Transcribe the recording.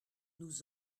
nous